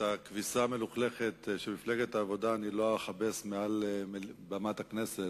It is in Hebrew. את הכביסה המלוכלכת של מפלגת העבודה אני לא אכבס מעל במת הכנסת.